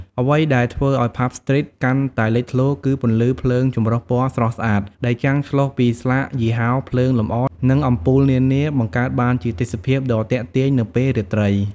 អ្វីដែលធ្វើឲ្យ ផាប់ ស្ទ្រីត កាន់តែលេចធ្លោ គឺ ពន្លឺភ្លើងចម្រុះពណ៌ស្រស់ស្អាត ដែលចាំងឆ្លុះពីស្លាកយីហោ ភ្លើងលម្អ និងអំពូលនានា បង្កើតបានជាទេសភាពដ៏ទាក់ទាញនៅពេលរាត្រី។